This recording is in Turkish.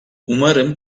umarım